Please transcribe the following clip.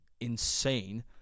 insane